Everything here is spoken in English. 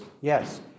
Yes